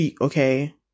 okay